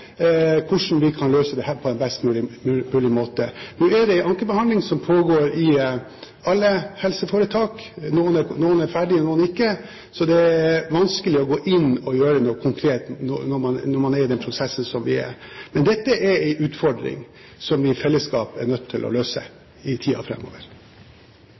hvordan vi kan løse dette på en best mulig måte. Nå pågår det ankebehandling i alle helseforetak. Noen er ferdige, noen ikke, og det er vanskelig å gå inn og gjøre noe konkret når man er i den prosessen man er i. Men dette er en utfordring som vi i fellesskap er nødt til å